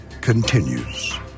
continues